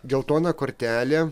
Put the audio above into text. geltona kortelė